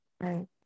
right